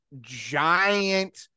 giant